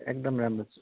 एकदम राम्रो छ